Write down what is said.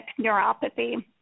neuropathy